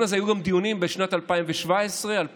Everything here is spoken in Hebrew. היו בזה גם דיונים בשנת 2017 ו-2016,